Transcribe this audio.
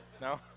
No